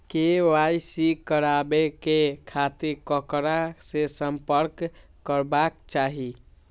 KYC कराबे के खातिर ककरा से संपर्क करबाक चाही?